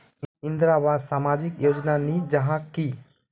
इंदरावास सामाजिक योजना नी जाहा की?